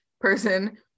person